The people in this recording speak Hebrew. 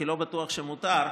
כי לא בטוח שמותר,